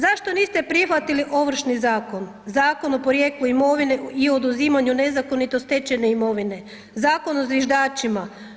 Zašto niste prihvatili Ovršni zakon, Zakon o porijeklu imovine i oduzimanju nezakonito stečene imovine, Zakon o zviždačima?